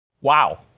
Wow